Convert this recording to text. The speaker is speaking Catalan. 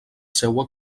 seua